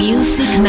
Music